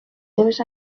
seves